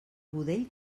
budell